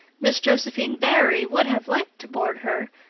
miss josephine barry would have liked to board her,